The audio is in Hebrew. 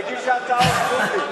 מגיש ההצעה הוא דרוזי,